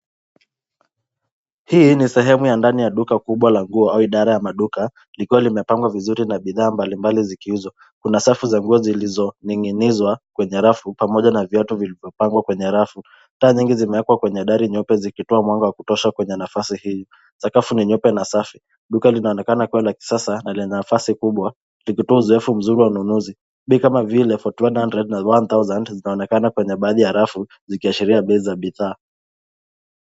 Hii ni sehemu ya ndani ya duka kubwa la nguo au idara ya maduka likiwa limepangwa vizuri na bidhaa mbalimbali zikiuzwa. Kuna safu za nguo zilizoning'inizwa kwenye rafu pamoja na viatu vilizopangwa kwenye rafu. Taa nyingi zimewekwa kwenye dari nyeupe zikitoa mwanga wa kutosha kwenye sehemu hii. Sakafu ni nyeupe na safi, duka linaonekana kuwa la kisasa na lina nafasi kubwa likitoa uzoefu mzuri wa wanunuzi bei vile 4100 na 1000 zinaonekana kwenye bagi harafu zikiashiria bei za bidhaa.